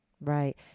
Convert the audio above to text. Right